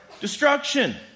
destruction